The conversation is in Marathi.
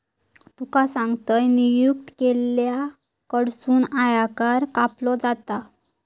तुका सांगतंय, नियुक्त केलेल्या कडसून आयकर कापलो जाता